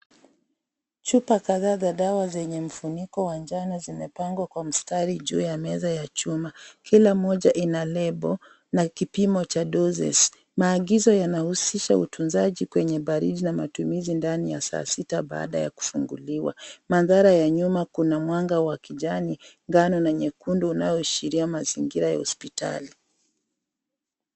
Chupa kadhaa za dawa zenye mfuniko wa njano zimepangwa kwa mstari juu ya meza ya chuma. Kila moja ina lebo na kipimo cha doses . Maagizo yanahusisha utunzaji kwenye baridi na matumizi ndani ya saa sita baada ya kufunguliwa. Mandhari ya nyuma kuna mwanga wa kijani, njano na nyekundu inayoashiria mazingira ya hospitali.